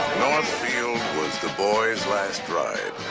northfield was the boys' last ride.